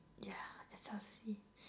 yeah S_L_C